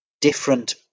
different